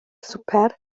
swper